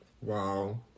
Wow